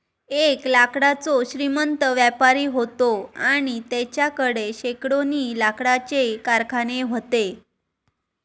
एक लाकडाचो श्रीमंत व्यापारी व्हतो आणि तेच्याकडे शेकडोनी लाकडाचे कारखाने व्हते